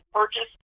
purchase